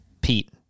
Pete